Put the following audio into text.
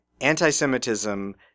anti-Semitism